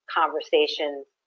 conversations